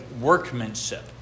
workmanship